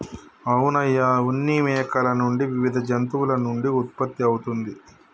అవును అయ్య ఉన్ని మేకల నుండి వివిధ జంతువుల నుండి ఉత్పత్తి అవుతుంది